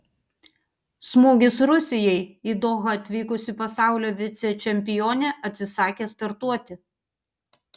smūgis rusijai į dohą atvykusi pasaulio vicečempionė atsisakė startuoti